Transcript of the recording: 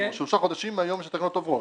שלושה חודשים מהיום שהתקנות עוברות.